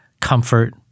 comfort